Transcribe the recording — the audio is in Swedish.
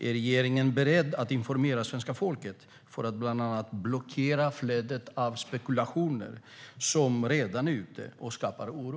Är regeringen beredd att informera svenska folket för att bland annat blockera flödet av spekulationer som redan är ute och skapar oro?